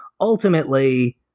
ultimately